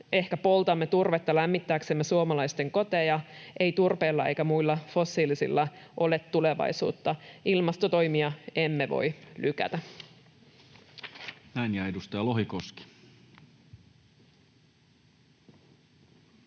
ehkä poltamme turvetta lämmittääksemme suomalaisten koteja, ei turpeella eikä muilla fossiilisilla ole tulevaisuutta. Ilmastotoimia emme voi lykätä. [Speech 124] Speaker: